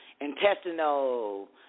intestinal